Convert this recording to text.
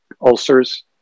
ulcers